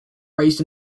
raised